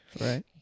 Right